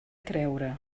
creure